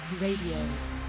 Radio